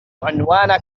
عنوانك